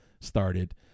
started